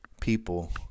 people